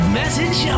message